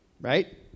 right